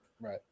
right